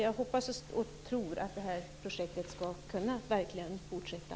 Jag hoppas och tror att detta projekt verkligen ska kunna fortsätta.